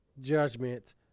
judgment